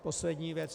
Poslední věc.